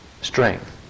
strength